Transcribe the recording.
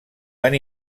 tan